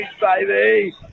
baby